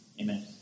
Amen